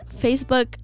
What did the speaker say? facebook